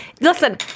Listen